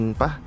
pa